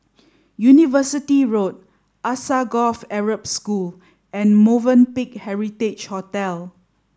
University Road Alsagoff Arab School and Movenpick Heritage Hotel